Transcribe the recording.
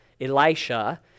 Elisha